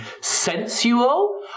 sensual